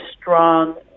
strong